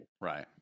Right